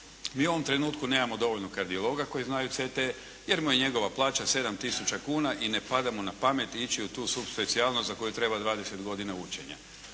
Mi u ovom trenutnu nemamo dovoljno kardiologa koji znaju CT, jer mu je njegova plaća 7 tisuća kuna i ne pada mu na pamet ići u tu specijalnost za koju treba 20 godina učenja.